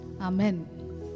Amen